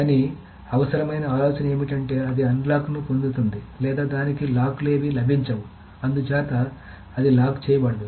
కానీ అవసరమైన ఆలోచన ఏమిటంటే అది అన్ని లాక్ లను పొందుతుంది లేదా దానికి లాక్ లు ఏవీ లభించవు అందుచేత అది లాక్ చేయబడదు